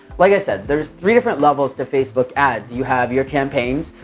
like i said, there's three different levels to facebook ads. you have your campaigns,